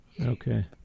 okay